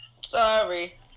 sorry